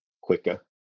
quicker